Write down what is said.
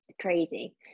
crazy